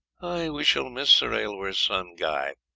we shall miss sir aylmer's son guy,